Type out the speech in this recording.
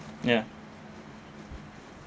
ya